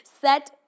set